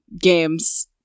games